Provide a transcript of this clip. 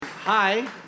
Hi